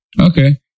Okay